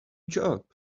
job